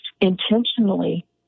intentionally